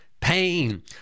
pain